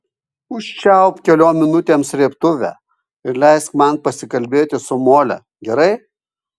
užčiaupk keliom minutėm srėbtuvę ir leisk man pasikalbėti su mole gerai